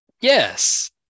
yes